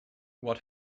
what